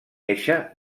néixer